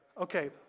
Okay